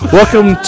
Welcome